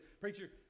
Preacher